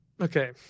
Okay